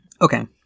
okay